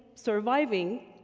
surviving,